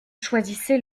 choisissez